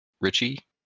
Richie